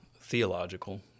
theological